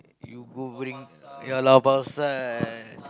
you go bring ya Lau-Pa-Sat